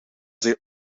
zijn